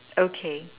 okay